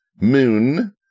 Moon